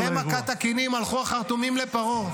אחרי מכת הכינים הלכו החרטומים לפרעה.